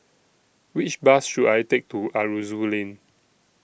Which Bus should I Take to Aroozoo Lane